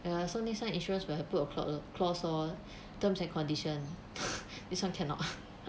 ya so many sign insurance will have put a cloc~ clause lor terms and condition this [one] cannot